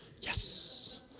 Yes